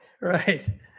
right